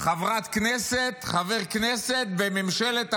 חבר כנסת, חברת כנסת, בממשלת החורבן.